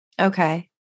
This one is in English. Okay